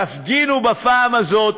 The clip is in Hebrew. תפגינו בפעם הזאת